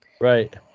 right